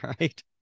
Right